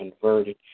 converted